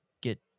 get